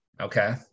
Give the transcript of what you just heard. Okay